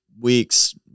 Weeks